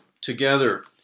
Together